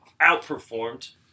outperformed